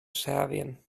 serbien